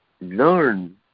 learn